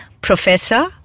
professor